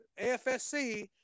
AFSC